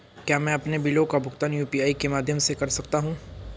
क्या मैं अपने बिलों का भुगतान यू.पी.आई के माध्यम से कर सकता हूँ?